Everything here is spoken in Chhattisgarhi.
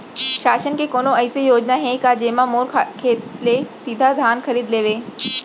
शासन के कोनो अइसे योजना हे का, जेमा मोर खेत ले सीधा धान खरीद लेवय?